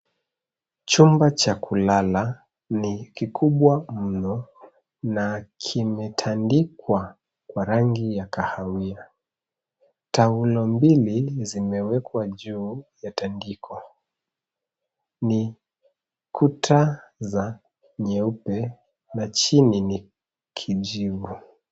Chumba cha kulala ni kikubwa mno na kimetandikwa kwa rangi ya kahawia. Taulo mbili zimewekwa juu ya tandiko. Ni kuta za nyeupe na chini ni kijivu .